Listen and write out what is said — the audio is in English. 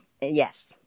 Yes